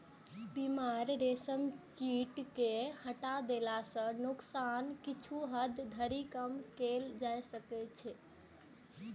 बीमार रेशम कीट कें हटा दै सं नोकसान कें किछु हद धरि कम कैल जा सकै छै